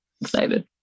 Excited